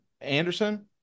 Anderson